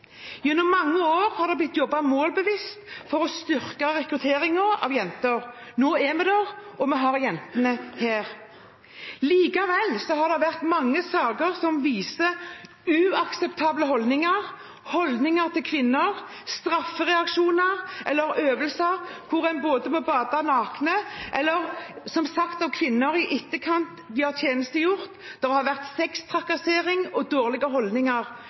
Gjennom mange år har det blitt jobbet målbevisst for å styrke rekrutteringen av jenter. Nå er vi der, og vi har jentene her. Likevel har det vært mange saker som viser uakseptable holdninger til kvinner, straffereaksjoner, øvelser hvor en må bade naken, eller – som fortalt av kvinner i etterkant av at de har tjenestegjort – det har vært sextrakassering og dårlige holdninger,